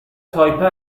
تایپه